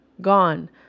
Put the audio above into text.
Gone